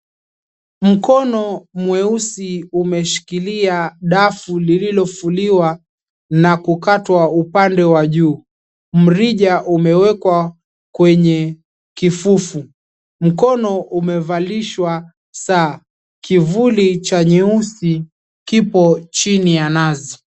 Mkono mweusi umeshikilia dafu lililofuliwa na kukatwa upande wa juu, mrija umewekwa kwenye kifufu, mkono umevalishwa saa, kivuli cha nyeusi kipo chini ya nazi.